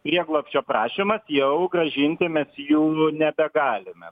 prieglobsčio prašymas jau grąžinti mes jų nebegalime